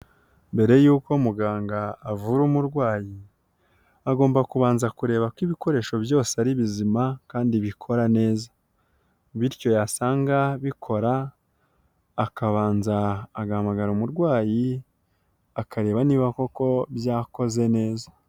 Mbere yuko muganga avura umurwayi, agomba kubanza kureba ko ibikoresho byose ari bizima kandi bikora neza, bityo yasanga bikora akabanza agahamagara umurwayi akareba niba koko byakoze neza.